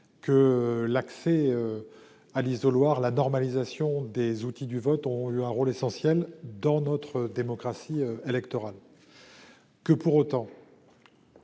L'accès à l'isoloir et la normalisation des outils du vote ont eu un rôle essentiel dans notre démocratie électorale. Pour autant,